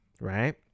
Right